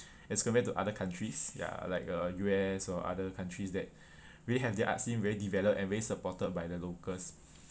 as compared to other countries ya like uh U_S or other countries that already have their art scene very developed and very supported by the locals